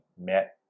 met